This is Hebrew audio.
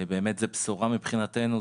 באמת זו בשורה מבחינתנו,